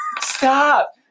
Stop